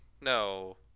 no